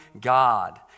God